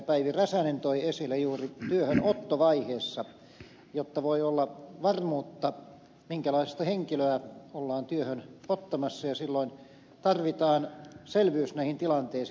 päivi räsänen toi esille juuri työhönottovaiheessa jotta voi olla varmuutta minkälaista henkilöä ollaan työhön ottamassa tarvitaan selvyys näihin tilanteisiin